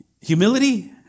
Humility